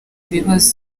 ibibazo